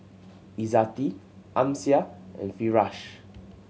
Izzati Amsyar and Firash